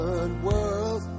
World